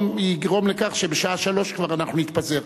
יגרום לכך שבשעה 15:00 כבר אנחנו נתפזר,